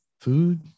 Food